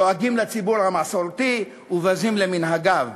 לועגים לציבור המסורתי ובזים למנהגיו.